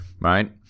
Right